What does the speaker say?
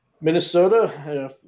Minnesota